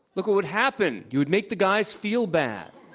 look what would happen? you would make the guys feel bad.